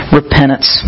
repentance